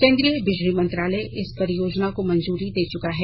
केन्द्रीय बिजली मंत्रालय इस परियोजना को मंजूरी दे चुका है